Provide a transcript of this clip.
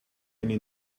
eine